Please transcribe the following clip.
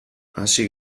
hasi